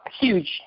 huge